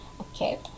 Okay